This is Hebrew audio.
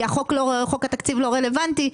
כי חוק התקציב לא רלוונטי,